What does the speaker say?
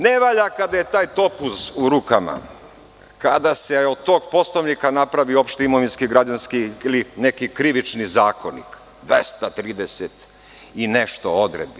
Ne valja kada je taj topuz u rukama, kada se od tog Poslovnika napravi opšti imovinski, građanski ili neki krivični zakonik, dvestatrideset i nešto odredbi.